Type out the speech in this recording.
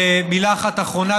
מילה אחת אחרונה,